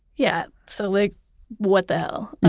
yeah, so like what the hell?